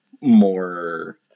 more